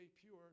pure